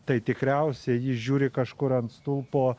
tai tikriausiai ji žiūri kažkur ant stulpo